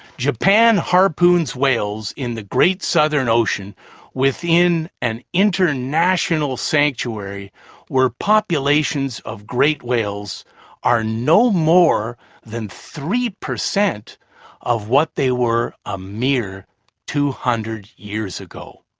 japan harpoons whales in the great southern ocean within an international sanctuary where populations of great whales are no more than three percent of what they were a mere two hundred years ago.